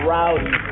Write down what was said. Rowdy